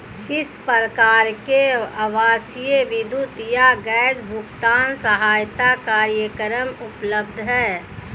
किस प्रकार के आवासीय विद्युत या गैस भुगतान सहायता कार्यक्रम उपलब्ध हैं?